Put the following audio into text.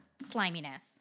sliminess